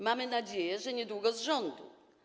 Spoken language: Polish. Mamy nadzieję, że niedługo z rządu.